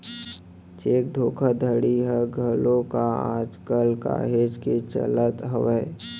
cheque धोखाघड़ी ह घलोक आज कल काहेच के चलत हावय